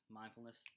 mindfulness